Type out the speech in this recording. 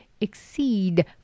exceed